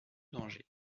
danger